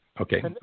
Okay